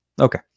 Okay